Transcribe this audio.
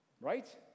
right